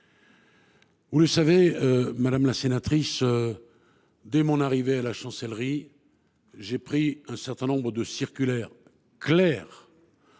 Vous le savez, madame la sénatrice, dès mon arrivée à la Chancellerie, j’ai pris un certain nombre de circulaires claires